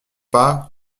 pas